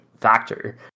factor